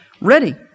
ready